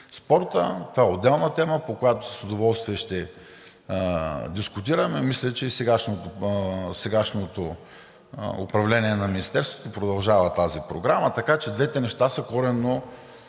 спорта – това е отделна тема, по която с удоволствие ще дискутираме, мисля, че и сегашното управление на Министерството продължава тази програма, така че двете неща са коренно